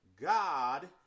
God